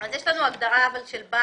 אם יש ויכוח וצריך ללכת לבית דין,